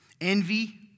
Envy